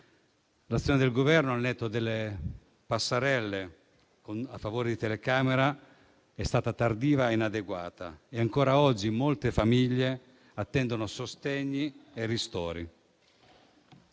L'azione del Governo, al netto delle passerelle a favore di telecamera, è stata tardiva e inadeguata e ancora oggi molte famiglie attendono sostegni e ristori.